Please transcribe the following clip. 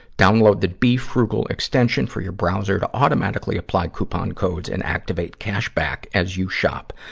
download the befrugal extension for your browser to automatically apply coupon codes and activate cash back as you shop.